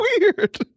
weird